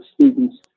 students